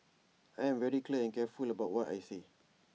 I am very clear and careful about what I say